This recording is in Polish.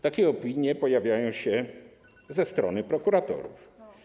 Takie opinie pojawiają się ze strony prokuratorów.